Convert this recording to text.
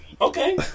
Okay